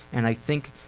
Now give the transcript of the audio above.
and i think,